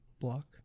block